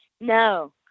No